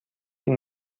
این